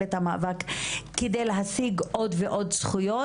את המאבק כדי להשיג עוד ועוד זכויות.